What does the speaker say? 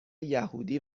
یهودی